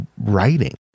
writing